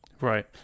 Right